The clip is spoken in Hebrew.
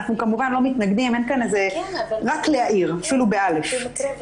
אנחנו כמובן לא מתנגדים, רק להאיר את המצב.